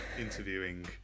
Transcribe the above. interviewing